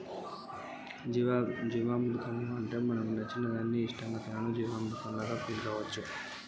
జీవామృతం అంటే ఏంటి?